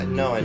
no